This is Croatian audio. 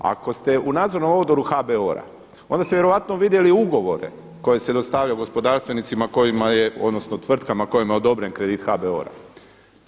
Ako ste u Nadzornom odboru HBOR-a onda ste vjerojatno vidjeli ugovore koje se dostavlja gospodarstvenicima kojima je, odnosno tvrtkama kojima je odobren kredit HBOR-a.